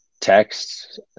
text